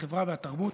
החברה והתרבות